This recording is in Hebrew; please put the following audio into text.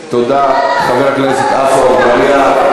תודה, חבר הכנסת עפו אגבאריה.